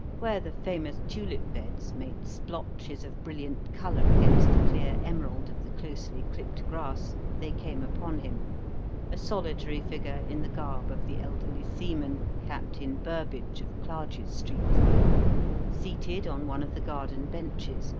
where the famous tulip beds made splotches of brilliant colour against the clear emerald of the closely clipped grass they came upon him a solitary figure in the garb of the elderly seaman, captain burbage, of clarges street seated on one of the garden benches,